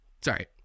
Sorry